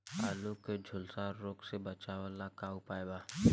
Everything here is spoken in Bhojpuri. आलू के झुलसा रोग से बचाव ला का उपाय बा?